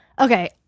okay